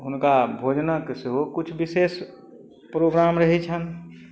हुनका भोजनक सेहो किछु विशेष प्रोग्राम रहय छनि